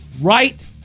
right